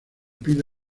pide